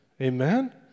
Amen